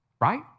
Right